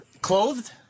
Clothed